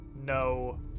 no